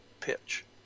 pitch